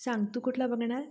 सांग तू कुठला बघणार